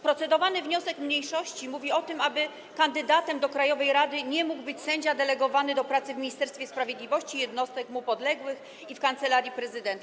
Procedowany wniosek mniejszości mówi o tym, aby kandydatem do krajowej rady nie mógł być sędzia delegowany do pracy w Ministerstwie Sprawiedliwości, jednostek mu podległych i Kancelarii Prezydenta.